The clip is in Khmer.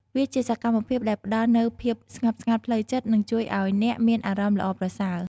វាជាសកម្មភាពដែលផ្តល់នូវភាពស្ងប់ស្ងាត់ផ្លូវចិត្តនិងជួយឱ្យអ្នកមានអារម្មណ៍ល្អប្រសើរ។